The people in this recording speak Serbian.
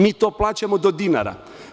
Mi to plaćamo do dinara.